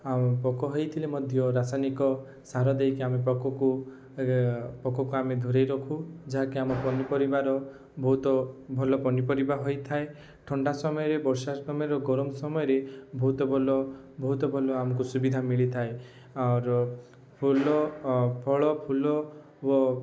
ଆଉ ପୋକ ହେଇଥିଲେ ମଧ୍ୟ ରାସାୟନିକ ସାର ଦେଇକି ଆମେ ପୋକକୁ ପୋକକୁ ଆମେ ଦୂରାଇ ରଖୁ ଯାହା କି ଆମ ପନିପରିବାର ବହୁତ ଭଲ ପନିପରିବା ହୋଇଥାଏ ଥଣ୍ଡା ସମୟରେ ବର୍ଷା ସମୟରେ ଗରମ ସମୟରେ ବହୁତ ଭଲ ବହୁତ ଭଲ ଆମକୁ ସୁବିଧା ମିଳିଥାଏ ଫୁଲ ଫଳ ଫୁଲ ଓ